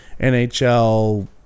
NHL